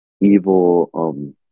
evil